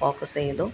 focus ചെയ്തു